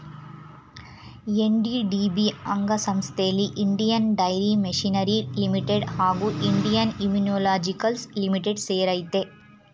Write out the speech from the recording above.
NDDB ಅಂಗಸಂಸ್ಥೆಲಿ Indian dairy machinery limited ಹಾಗೂ Indian immunologicals limited ಸೇರಯ್ತೆ